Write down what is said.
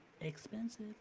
expensive